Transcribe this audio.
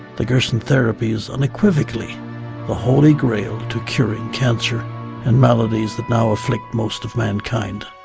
the gerson therapy is unequivocally the holy grail to curing cancer and maladies that now afflict most of mankind.